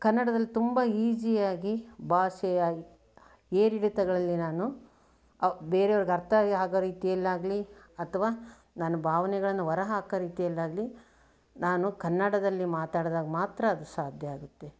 ಕನ್ನಡದಲ್ಲಿ ತುಂಬ ಈಸಿಯಾಗಿ ಭಾಷೆಯ ಏರಿಳಿತಗಳಲ್ಲಿ ನಾನು ಬೇರೆಯವರಿಗೆ ಅರ್ಥ ಆಗೊ ರೀತಿಯಲ್ಲಾಗಲಿ ಅಥವ ನನ್ನ ಭಾವನೆಗಳನ್ನು ಹೊರ ಹಾಕೊ ರೀತಿಯಲ್ಲಾಗಲಿ ನಾನು ಕನ್ನಡದಲ್ಲಿ ಮಾತಾಡಿದಾಗ ಮಾತ್ರ ಅದು ಸಾಧ್ಯ ಆಗತ್ತೆ